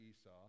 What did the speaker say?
Esau